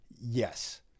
Yes